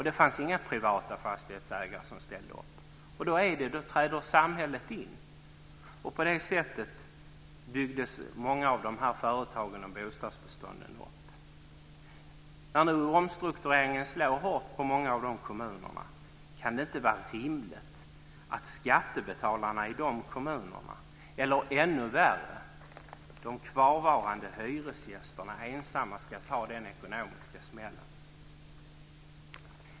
Det fanns inga privata fastighetsägare som ställde upp. I det läget träder samhället in. På det sättet byggdes många av de här företagen och bostadsbestånden upp. Nu när omstruktureringen slår hårt mot många av de här kommunerna kan det inte vara rimligt att skattebetalarna i de kommunerna eller, ännu värre, de kvarvarande hyresgästerna ensamma ska ta den ekonomiska smällen.